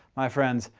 my friends,